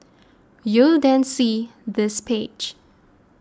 you'll then see this page